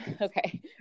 okay